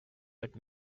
but